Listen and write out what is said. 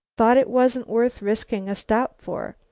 thought it wasn't worth risking a stop for.